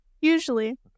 Usually